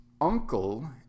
uncle